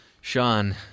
Sean